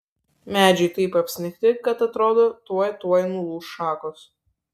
medžiai taip apsnigti kad atrodo tuoj tuoj nulūš šakos